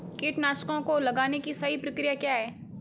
कीटनाशकों को लगाने की सही प्रक्रिया क्या है?